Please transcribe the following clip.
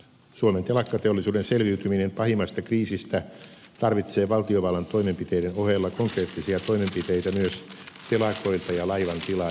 suomen telakkateollisuuden selviytyminen pahimmasta kriisistä tarvitsee valtiovallan toimenpiteiden ohella konkreettisia toimenpiteitä myös telakoilta ja laivan tilaajilta